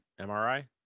MRI